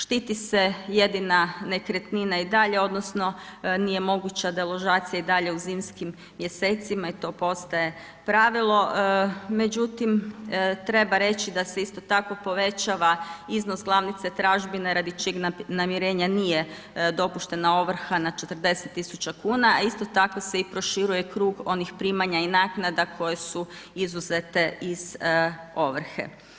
Štiti se jedina nekretnina i dalje odnosno nije moguća deložacija i dalje u zimskim mjesecima i to postaje pravilo međutim treba reći da se isto tako povećava iznos glavnice tražbine radi čijeg namirenja nije dopuštena ovrha na 40 000 kn a isto tako se i proširuje krug onih primanja i naknada koje su izuzete iz ovrhe.